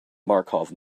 markov